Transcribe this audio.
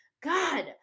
god